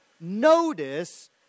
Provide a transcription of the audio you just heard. notice